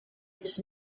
this